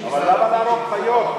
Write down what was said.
אבל למה להרוג חיות,